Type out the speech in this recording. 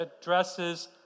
addresses